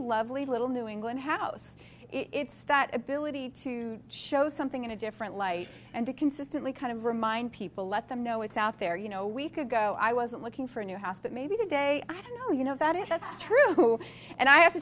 lovely little new england house it's that ability to show something in a different light and to consistently kind of remind people let them know it's out there you know week ago i wasn't looking for a new house but maybe today i know you know that it was true and i have to